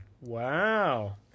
Wow